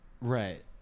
Right